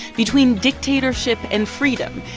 between dictatorship and freedom.